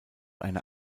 eine